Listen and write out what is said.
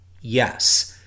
yes